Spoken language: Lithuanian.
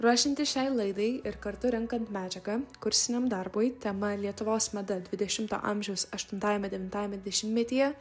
ruošiantis šiai laidai ir kartu renkant medžiagą kursiniam darbui tema lietuvos mada dvidešimto amžiaus aštuntajame devintajame dešimtmetyje